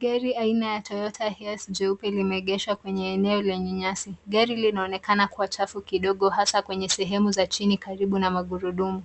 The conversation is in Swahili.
Gari aina ya Toyota Hiace jeupe limeegeshwa kwenye eneo lenye nyasi. Gari linaonekana kuwa chafu kidogo hasa kwenye sehemu za chini karibu na magurudumu.